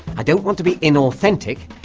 i don't want to be inauthentic,